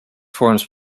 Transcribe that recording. forms